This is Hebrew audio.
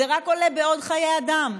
זה רק עולה בעוד חיי אדם.